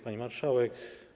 Pani Marszałek!